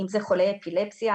אם זה חולי אפילפסיה,